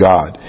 God